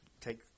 take